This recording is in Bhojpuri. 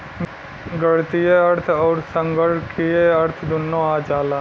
गणीतीय अर्थ अउर संगणकीय अर्थ दुन्नो आ जाला